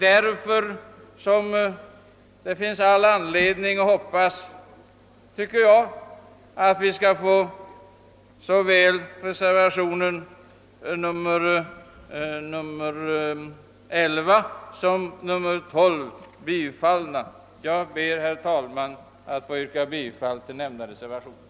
Därför finns det all anledning att hoppas på ett bifall till reservationerna 11 och 12. Herr talman! Jag ber att få yrka bifall till nämnda reservationer.